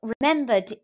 remembered